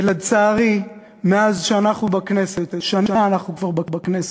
לצערי, מאז שאנחנו בכנסת, שנה אנחנו כבר בכנסת,